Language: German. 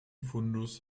fundus